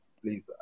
Please